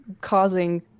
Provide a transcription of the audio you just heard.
causing